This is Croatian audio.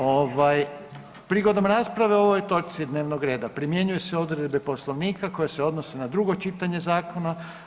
Ovaj, prigodom rasprave o ovoj točci dnevnog reda primjenjuju se odredbe Poslovnika koje se odnose na drugo čitanje zakona.